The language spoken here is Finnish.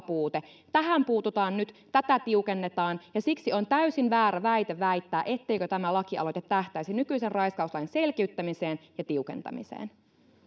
puute tähän puututaan nyt tätä tiukennetaan ja siksi on täysin väärä väite väittää etteikö tämä lakialoite tähtäisi nykyisen raiskauslain selkiyttämiseen ja tiukentamiseen